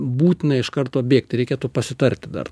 būtina iš karto bėgti reikėtų pasitarti dar